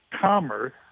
commerce